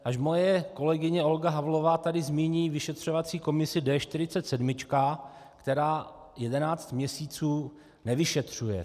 Až moje kolegyně Olga Havlová tady zmíní vyšetřovací komisi D47, která jedenáct měsíců nevyšetřuje.